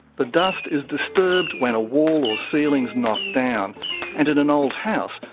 the dust is disturbed when a wall or ceiling's knocked down and, in an old house,